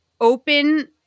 open